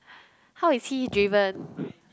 how is he driven